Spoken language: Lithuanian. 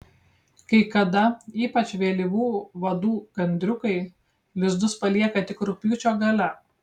kai kada ypač vėlyvų vadų gandriukai lizdus palieka tik rugpjūčio gale